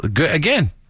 Again